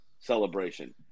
celebration